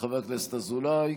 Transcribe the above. וחבר הכנסת אזולאי,